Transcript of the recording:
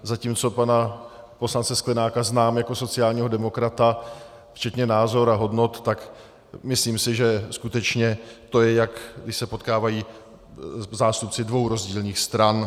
Zatímco pana poslance Sklenáka znám jako sociálního demokrata včetně názorů a hodnot, tak myslím si, že skutečně to je, jak když se potkávají zástupci dvou rozdílných stran.